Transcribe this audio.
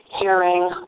Hearing